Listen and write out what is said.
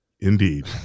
Indeed